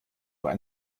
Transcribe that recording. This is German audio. ein